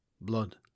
blood